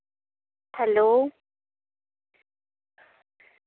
hello